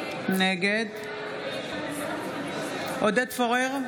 נגד עודד פורר,